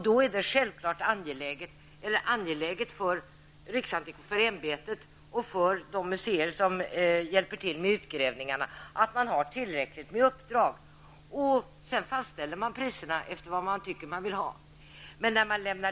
Det är då självfallet angeläget för riksantikvarieämbetet och för de museer som hjälper till med utredningarna att de har tillräckligt med uppdrag, och de fastställer priserna efter vad de anser att de vill ha med hänsyn till detta.